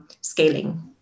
scaling